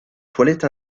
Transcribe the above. toilette